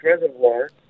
Reservoir